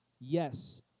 Yes